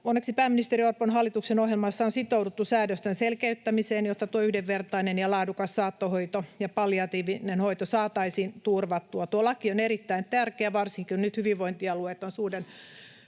Onneksi pääministeri Orpon hallituksen ohjelmassa on sitouduttu säädösten selkeyttämiseen, jotta yhdenvertainen ja laadukas saattohoito ja palliatiivinen hoito saataisiin turvattua. Tuo laki on erittäin tärkeä varsinkin, kun nyt hyvinvointialueet ovat suuren